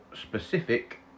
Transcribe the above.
Specific